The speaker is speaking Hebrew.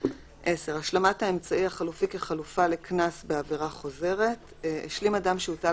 השלמת האמצעי החלופי כחלופה לקנס בעבירה חוזרת השלים אדם שהוטל